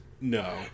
No